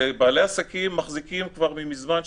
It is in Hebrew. בעלי עסקים מחזיקים כבר מזמן,